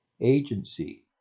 agency